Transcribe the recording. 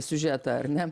siužetą ar ne